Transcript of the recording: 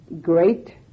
great